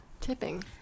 Tipping